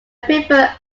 prefer